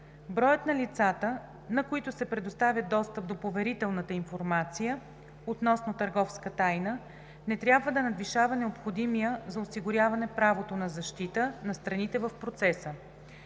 Броят на лицата, на които се предоставя достъп до поверителната информация относно търговска тайна, не трябва да надвишава необходимия за осигуряване правото на защита на страните в процеса.